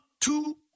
two